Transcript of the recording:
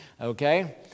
okay